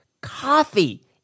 coffee